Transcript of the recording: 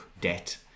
debt